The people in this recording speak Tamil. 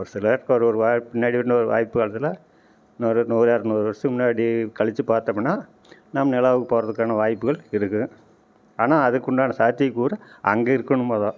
ஒரு சிலருக்கு ஒரு ஒரு வாய்ப்பு பின்னாடி ஒரு வாய்ப்பு வருதுன்னா நூறு இரநூறு வருஷத்துக்கு முன்னாடி கழித்து பார்த்தோமுன்னா நாம் நிலாவுக்கு போகிறதுக்கான வாய்ப்புகள் இருக்குது ஆனால் அதுக்குண்டான சாத்தியக்கூறு அங்கே இருக்கணும் மொதல்